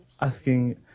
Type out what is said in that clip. asking